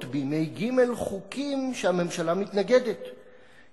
בימי ג' חוקים שהממשלה מתנגדת להם,